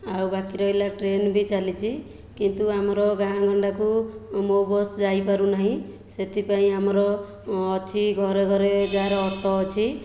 ଆଉ ବାକି ରହିଲା ଟ୍ରେନ ବି ଚାଲିଛି କିନ୍ତୁ ଆମର ଗାଁ ଗଣ୍ଡାକୁ ମୋ' ବସ ଯାଇପାରୁନାହିଁ ସେଥିପାଇଁ ଆମର ଅଛି ଘରେ ଘରେ ଯାହାର ଅଟୋ ଅଛି